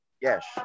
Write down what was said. Yes